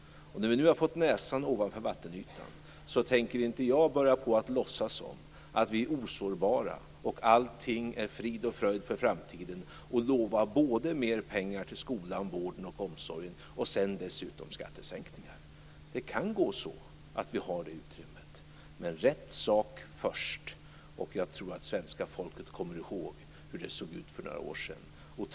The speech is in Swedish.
När vi nu har fått näsan ovanför vattenytan tänker inte jag börja att låtsas som att vi är osårbara och allting är frid och fröjd för framtiden och lova både mer pengar till skolan, vården och omsorgen och dessutom skattesänkningar. Det kan gå så att vi har det utrymmet. Men rätt sak först. Jag tror att svenska folket kommer ihåg hur det såg ut för några år sedan.